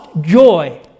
joy